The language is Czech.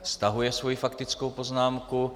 Stahuje svoji faktickou poznámku.